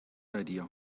idea